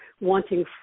wanting